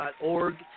org